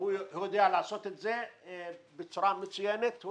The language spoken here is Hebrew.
הוא יודע לעשות את זה בצורה מצוינת.